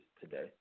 today